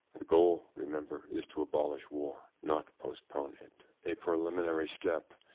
the goal, remember, is to abolish war, not postpone it. a preliminary step,